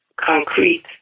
concrete